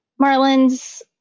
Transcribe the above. Marlins